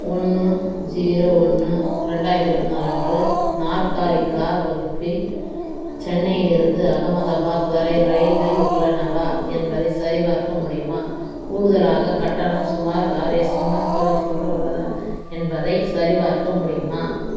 ஒன்று ஜீரோ ஒன்று ரெண்டாயிரத்து இருபத்தி நாலு அன்று நாற்காலி கார் வகுப்பில் சென்னையிலிருந்து அகமதாபாத் வரை ரயில்கள் உள்ளனவா என்பதைச் சரிபார்க்க முடியுமா கூடுதலாக கட்டணம் சுமார் ஆர்எஸ் முந்நூற்றி தொண்ணூற்றி மூன்றுபா உள்ளதா என்பதைச் சரிபார்க்க முடியுமா